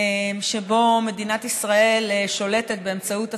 שבו מדינת ישראל שולטת באמצעות הצבא,